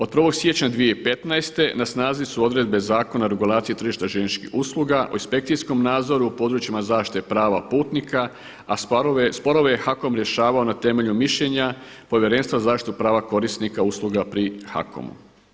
Od 1. siječnja 2015. na snazi su odredbe Zakona o regulaciji tržišta željezničkih usluga, o inspekcijskom nadzoru u područjima zaštite prava putnika a sporove je HAKOM rješavao na temelju mišljenja Povjerenstva za zaštitu prava korisnika usluga pri HAKOM-u.